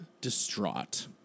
distraught